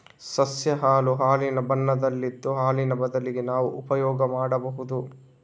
ಸಸ್ಯ ಹಾಲು ಹಾಲಿನ ಬಣ್ಣದಲ್ಲಿದ್ದು ಹಾಲಿನ ಬದಲಿಗೆ ನಾವು ಉಪಯೋಗ ಮಾಡ್ಬಹುದು